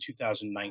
2019